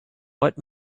what